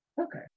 Okay